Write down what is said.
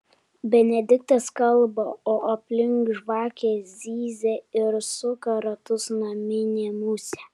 benediktas kalba o aplink žvakę zyzia ir suka ratus naminė musė